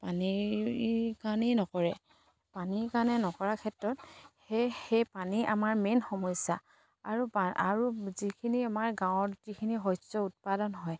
পানীৰ কাৰণেই নকৰে পানীৰ কাৰণে নকৰাৰ ক্ষেত্ৰত সেই সেই পানী আমাৰ মেইন সমস্যা আৰু যিখিনি আমাৰ গাঁৱত যিখিনি শস্য উৎপাদন হয়